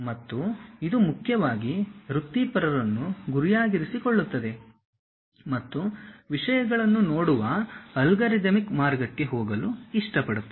ಮತ್ತು ಇದು ಮುಖ್ಯವಾಗಿ ವೃತ್ತಿಪರರನ್ನು ಗುರಿಯಾಗಿರಿಸಿಕೊಳ್ಳುತ್ತದೆ ಮತ್ತು ವಿಷಯಗಳನ್ನು ನೋಡುವ ಅಲ್ಗಾರಿದಮಿಕ್ ಮಾರ್ಗಕ್ಕೆ ಹೋಗಲು ಇಷ್ಟಪಡುತ್ತದೆ